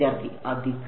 വിദ്യാർത്ഥി അധിക